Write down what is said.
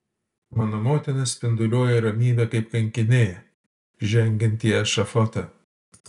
mano motina spinduliuoja ramybe kaip kankinė žengianti į ešafotą